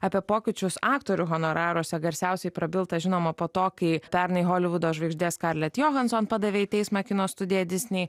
apie pokyčius aktorių honoraruose garsiausiai prabilta žinoma po to kai pernai holivudo žvaigždė scarlett johansson padavė į teismą kino studiją disney